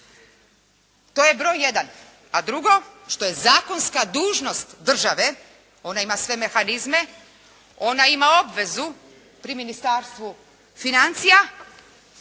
To je broj jedan. A drugo, što je zakonska dužnost države, ona ima sve mehanizme, ona ima obvezu pri Ministarstvu financija